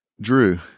Drew